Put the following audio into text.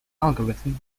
algorithm